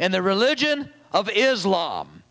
and the religion of islam